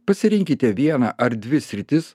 pasirinkite vieną ar dvi sritis